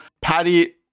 Patty